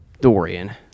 Dorian